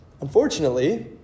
unfortunately